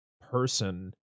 person